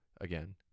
again